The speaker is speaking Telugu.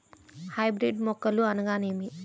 హైబ్రిడ్ మొక్కలు అనగానేమి?